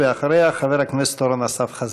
אחריה, חבר הכנסת אורן אסף חזן.